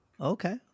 Okay